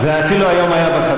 זה אפילו היה היום בחדשות.